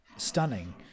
stunning